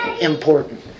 important